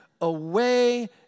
away